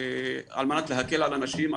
על מנת להקל על אנשים,